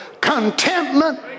contentment